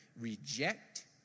reject